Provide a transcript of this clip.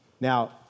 Now